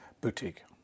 Boutique